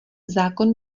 zákon